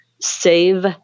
Save